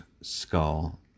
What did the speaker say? skull